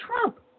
Trump